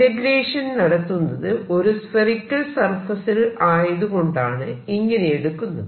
integration നടത്തുന്നത് ഒരു spherical സർഫേസിൽ ആയത് കൊണ്ടാണ് ഇങ്ങനെ എടുക്കുന്നത്